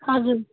हजुर